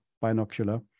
binocular